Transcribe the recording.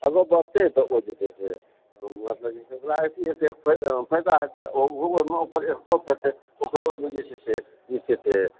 आगाँ बढ़तै तऽ ओ जे छै से मतलब जे छै से ओकरा एथी हेतै फायदा हेतै ओहिओमे ओकर एक्सपर्ट हेतै ओकर जे छै से किछु हेतै